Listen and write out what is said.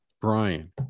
Brian